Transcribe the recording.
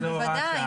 בוודאי.